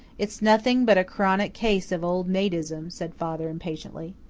it's nothing but a chronic case of old-maidism, said father impatiently.